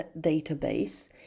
database